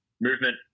Movement